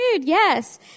yes